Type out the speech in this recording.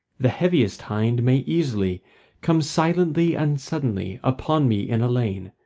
the heaviest hind may easily come silently and suddenly upon me in a lane.